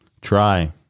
try